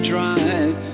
drive